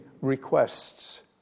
requests